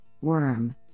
worm